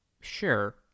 sure